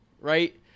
Right